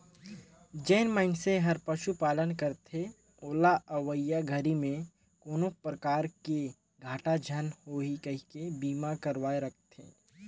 जेन मइनसे हर पशुपालन करथे ओला अवईया घरी में कोनो परकार के घाटा झन होही कहिके बीमा करवाये राखथें